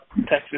Texas